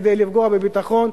כדי לפגוע בביטחון,